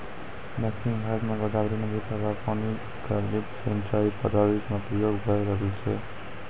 दक्षिण भारत म गोदावरी नदी र पानी क लिफ्ट सिंचाई पद्धति म प्रयोग भय रहलो छै